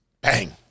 Bang